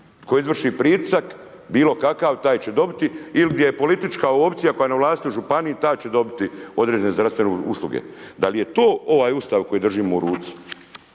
Tko izvrši pritisak, bilo kakav, taj će dobiti ili gdje je politička opcija koja je na vlasti u županiji taj će dobiti određene zdravstvene usluge. Da li je to ovaj Ustav koji držimo u ruci?